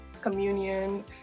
communion